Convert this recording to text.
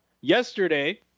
Yesterday